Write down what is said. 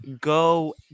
go